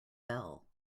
bell